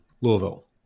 Louisville